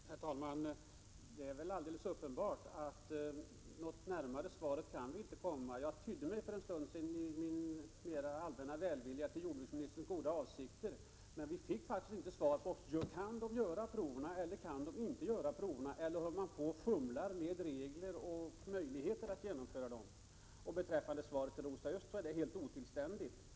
Prot. 1987/88:27 Herr talman! Det är alldeles uppenbart att vi inte kan komma svaret 19 november 1987 närmare. För en stund sedan tydde jag mig i min allmänna välvilja till å :; ad Om förslaget om arealjordbruksministerns goda avsikter, men vi fick faktiskt inte något svar på bidrär tilläpanninåls: frågan om livsmedelsverket kan utföra provtagningen eller inte. Håller man 5 ad z på att fumla med regler och möjligheter? Svaret till Rosa Östh var helt otillständigt.